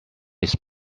its